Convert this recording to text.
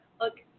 Look